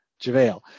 JaVale